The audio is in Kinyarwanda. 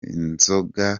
inzoga